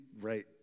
right